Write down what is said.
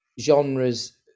genres